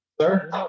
sir